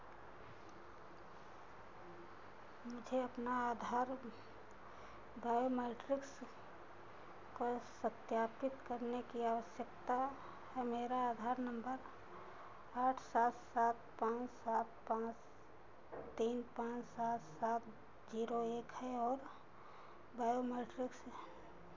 मुझे पाना आधार बायोमेट्रिक्स कर सत्यापित करने की आवश्यकता है मेरा आधार नंबर आठ सात सात पाँच सात पाँच तीन पाँच आठ सात जीरो एक है और बायोमेट्रिक्स